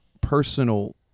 personal